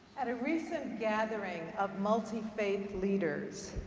at a recent gathering of multi faith leaders,